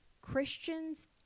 Christians